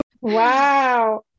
Wow